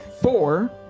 four